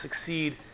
succeed